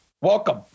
Welcome